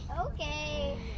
Okay